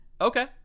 Okay